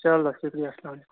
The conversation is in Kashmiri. چَلو شُکریہ اَسلامُ عَلیکُم